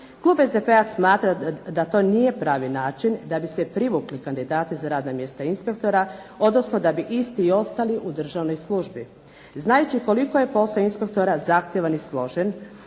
Klub SDP-a smatra da to nije pravi način da bi se privukli kandidati za radna mjesta inspektora, odnosno da bi isti ostali u državnoj službi, znajući koliko je posao inspektora zahtjevan i složen